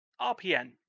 RPN